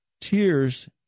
tears